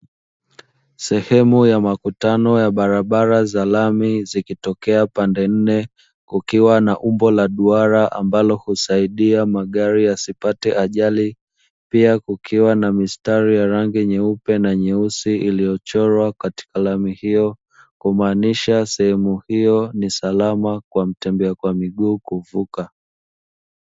Sehemu ya makutano ya barabara za lami zikitokea pande nne kukiwa na umbo la duara ambalo usahidia magari yasipate ajali, pia kukiwa na mistari ya rangi nyeupe na nyeusi iliyochorwa katika lami hiyo kumaanisha sehemu hiyo ni salama kwa mtembea kwa miguu kuvuka.